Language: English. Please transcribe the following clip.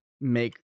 make